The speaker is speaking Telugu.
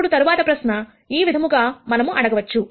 ఇప్పుడు తర్వాత ప్రశ్న ఈ విధముగా మనం అడగవచ్చు